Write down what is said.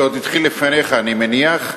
זה עוד התחיל לפניך, אני מניח,